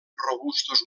robustos